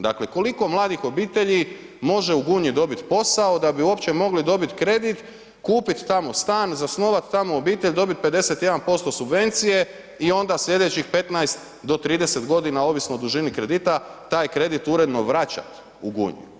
Dakle koliko mladih obitelji može u Gunji dobiti posao da bi uopće mogli dobiti kredit, kupiti tamo stan, zasnovati tamo obitelj, dobiti 51% subvencije i onda sljedećih 15 do 30 godina ovisno o dužini kredita taj kredit uredno vraćat u Gunji.